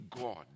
God